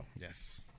Yes